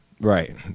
Right